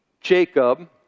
Jacob